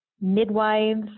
midwives